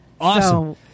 Awesome